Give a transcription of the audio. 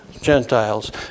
Gentiles